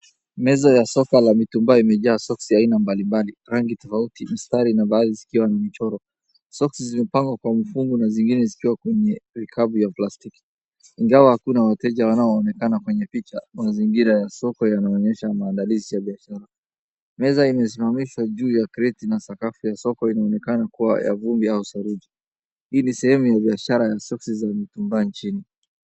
Meza ya soko la mitumbaa imejaa soksi ya aina mbalimbali, rangi tofauti, mistari na baadhi zikiwa ni michoro. Soksi zimepangwa kwa mifungu na zingine zikiwa kwenye rikabu ya plastiki. Ingawa hakuna wateja wanaoonekana kwenye picha, mazingira ya soko yanaonyesha maandalizi ya biashara. Meza imesimamishwa juu ya kreti na sakafu ya soko inaonekana kuwa ya vumbi au sarudi. Hii ni sehemu ya biashara ya soksi za mitumbaa nchini.